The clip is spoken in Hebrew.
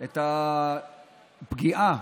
את הפגיעה